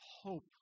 hope